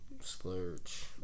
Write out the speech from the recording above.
Splurge